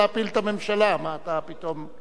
מה, אתה פתאום לא רוצה להפיל את הממשלה?